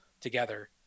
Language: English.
together